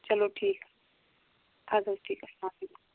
چلو ٹھیٖک اَدٕ حظ ٹھیٖک اسلام علیکُم